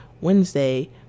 wednesday